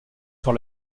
sur